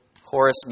Horace